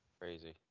Crazy